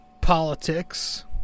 politics